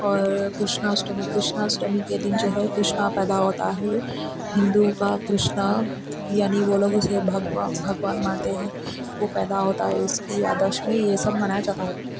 اور کرشنا اشٹمی کرشنا اشٹمی کے دن جو ہے کرشنا پیدا ہوتا ہے ہندو کا کرشنا یعنی وہ لوگ اسے بھگوا بھگوان مانتے ہیں وہ پیدا ہوتا ہے اس کی یادداشت میں یہ سب منایا جاتا ہے